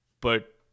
But